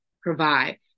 provide